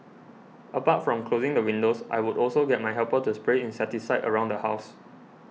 apart from closing the windows I would also get my helper to spray insecticide around the house